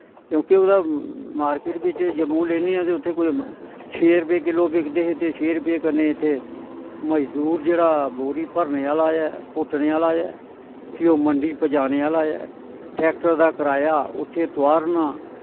क्योंकि ओह्दा मार्केट च जम्मू लेन्ने आं ते उत्थें कोई छे रपे किलो बिकदे ते छे रपे कन्नै इत्थें मजदूर जेह्ड़ा बोरी भरने आह्ला ऐ पुट्टने आह्ला ऐ फ्ही ओह् मंडी पज़ाने आह्ला ऐ ट्रैक्टर दा कराया उत्थें तोआरना